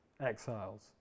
exiles